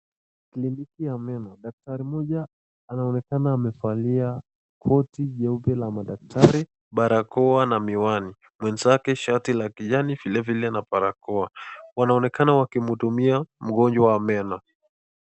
Kliniki ya meno, daktari moja amevalia koti jeupe la madaktari, barakoa na miwani. Mwenzake shati la kijani vile vile na barakoa. Wanaonekana wakimhudumia mgonjwa wa meno.